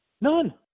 None